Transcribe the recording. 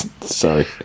Sorry